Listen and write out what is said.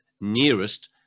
nearest